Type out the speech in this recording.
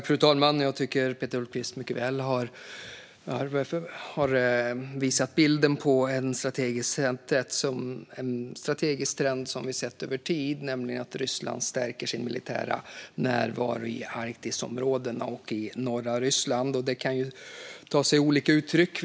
Fru talman! Jag tycker att Peter Hultqvist beskriver den strategiska trend vi har sett över tid mycket väl, nämligen att Ryssland stärker sin militära närvaro i Arktisområdet och norra Ryssland. Detta kan ta sig olika uttryck.